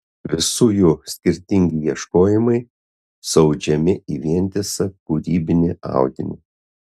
visų jų skirtingi ieškojimai suaudžiami į vientisą kūrybinį audinį